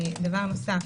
בנוסף,